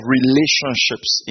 relationships